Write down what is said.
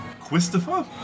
Christopher